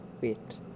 wait